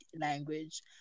language